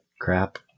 crap